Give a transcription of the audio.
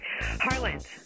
Harland